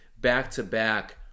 back-to-back